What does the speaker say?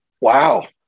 wow